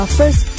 first